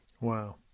Wow